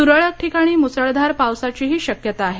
तुरळक ठिकाणी मुसळधार पावसाचीही शक्यता आहे